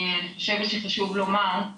אני חושבת שחשוב לומר,